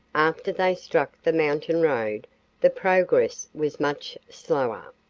after they struck the mountain road the progress was much slower.